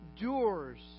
endures